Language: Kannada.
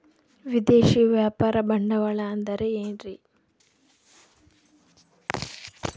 ವಿದೇಶಿಯ ವ್ಯಾಪಾರ ಬಂಡವಾಳ ಅಂದರೆ ಏನ್ರಿ?